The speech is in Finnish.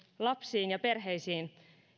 lapsiin ja perheisiin